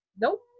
Nope